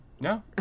no